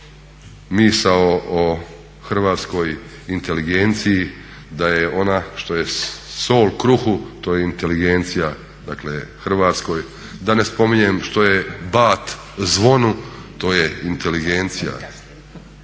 misao o hrvatskoj inteligenciji, da je ona što je sol kruhu to je inteligencije Hrvatskoj, da ne spominjem što je bat zvonu to je inteligencija